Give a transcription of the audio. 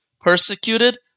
persecuted